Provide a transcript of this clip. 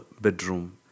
bedroom